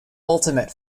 ultimate